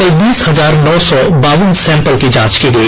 कल बीस हजार नौ सौ बावन सैंपल की जांच की गई